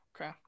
Okay